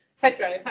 Pedro